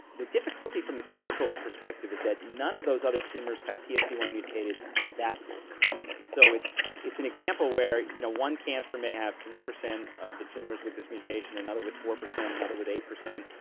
the difficulty from the clinical perspective is that none of those other tumours have t s e one mutated that commonly. so it's it's an example where you know one cancer may have three percent of the tumours with this mutation, and another with four percent, and another with eight percent,